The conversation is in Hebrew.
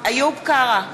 איוב קרא,